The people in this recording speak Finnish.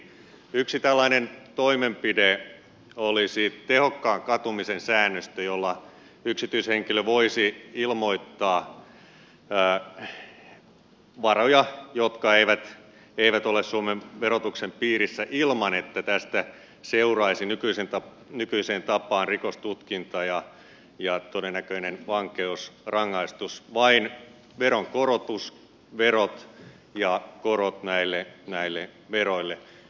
yksi tällainen toimenpide olisi tehokkaan katumisen säännöstö jossa yksityishenkilö voisi ilmoittaa varoja jotka eivät ole suomen verotuksen piirissä ilman että tästä seuraisi nykyiseen tapaan rikostutkinta ja todennäköinen vankeusrangaistus vaan vain veronkorotus verot ja korot näille veroille